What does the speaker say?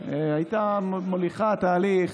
הייתה מוליכה תהליך